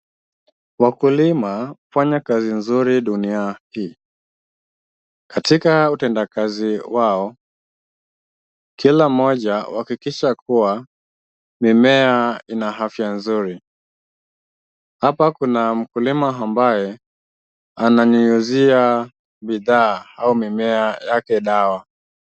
Wakulima hufanya kazi nzuri dunia hii. Katika utendakazi wao kila mmoja uhakikisha kuwa mimea ina afya nzuri. Hapa kuna mkulima ambaye ananyunyuzia bidhaa au mimea yake dawa.